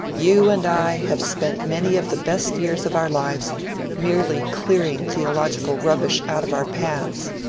you and i have spent many of the best years of our lives merely clearing theological rubbish out of our paths.